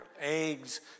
eggs